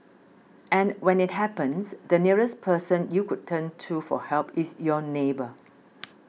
and when it happens the nearest person you could turn to for help is your neighbour